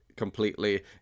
completely